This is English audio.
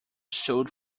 suit